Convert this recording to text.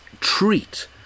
treat